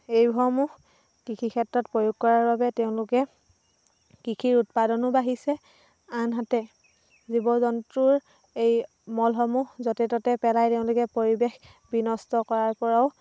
এইসমূহ কৃষি ক্ষেত্ৰত প্ৰয়োগ কৰাৰ বাবে তেওঁলোকে কৃষিৰ উৎপাদনো বাঢ়িছে আনহাতে জীৱ জন্তুৰ এই মলসমূহ য'তে ত'তে পেলাই তেওঁলোকে পৰিৱেশ বিনষ্ট কৰাৰ পৰাও